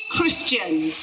Christians